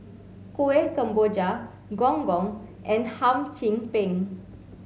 Kueh Kemboja gong gong and Hum Chim Peng